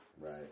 Right